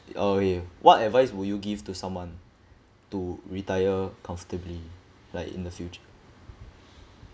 or okay what advice would you give to someone to retire comfortably like in the future